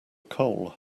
coal